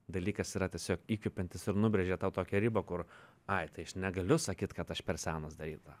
dalykas yra tiesiog įkvepiantis ir nubrėžė tą tokią ribą kur ai tai aš negaliu sakyt kad aš per senas daryt tą